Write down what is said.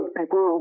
people